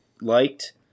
liked –